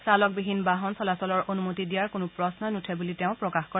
চালকবিহীন বাহন চলাচলৰ অনুমতি দিয়াৰ কোনো প্ৰশ্নই নুঠে বুলি তেওঁ প্ৰকাশ কৰে